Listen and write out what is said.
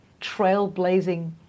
trailblazing